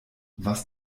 was